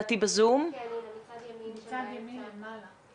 מנהלת פדגוגית של הקרן לעידוד יוזמות